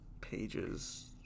pages